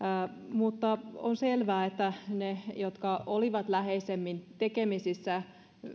mutta on selvää että ne jotka olivat läheisemmin tekemisissä